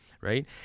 Right